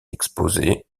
exposés